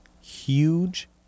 huge